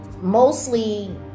mostly